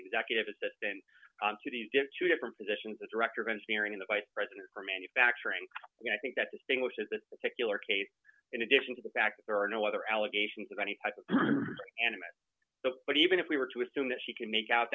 executive assistant to the get two different positions a director of engineering in the vice president for manufacturing and i think that distinguishes that particular case in addition to the fact that there are no other allegations of any type of animal but even if we were to assume that she can make out